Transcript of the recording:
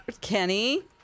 Kenny